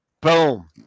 boom